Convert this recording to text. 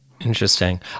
Interesting